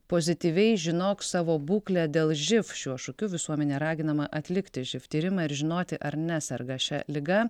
pozityviai žinok savo būklę dėl živ šiuo šūkiu visuomenė raginama atlikti živ tyrimą ir žinoti ar neserga šia liga